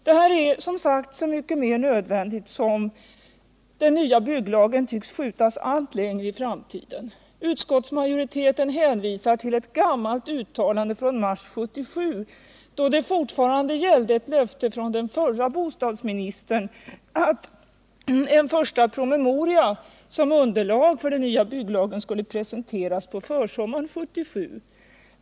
Detta är, som jag sagt, så mycket mer nödvändigt som den nya bygglagen förefaller skjutas allt längre in i framtiden. Utskottsmajoriteten hänvisar till ett gammalt uttalande från mars 1977. Då gällde fortfarande ett löfte från den förra bostadsministern att en första promemoria som underlag för den nya bygglagen skulle presenteras på försommaren 1977.